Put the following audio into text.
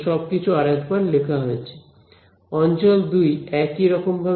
অঞ্চল 2 একই রকম ভাবে হবে